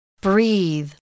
breathe